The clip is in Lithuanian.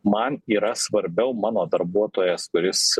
man yra svarbiau mano darbuotojas kuris